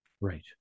Right